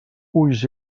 ulls